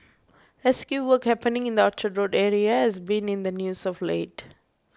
rescue work happening in the Orchard Road area has been in the news of late